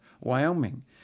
Wyoming